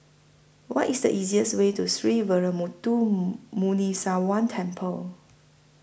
What IS The easiest Way to Sree Veeramuthu Muneeswaran Temple